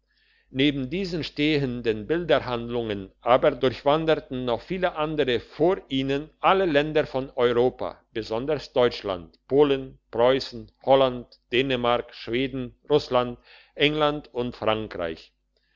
neben diesen stehenden bilderhandlungen aber durchwandern noch viele andere von ihnen alle länder von europa besonders deutschland polen preussen holland dänemark schweden russland england und frankreich